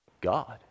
God